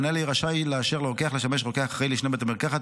המנהל יהיה רשאי לאשר לרוקח לשמש רוקח אחראי לשני בתי מרקחת